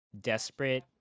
desperate